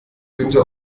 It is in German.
günther